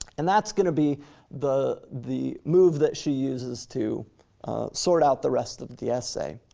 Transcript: and that's gonna be the the move that she uses to sort out the rest of the essay.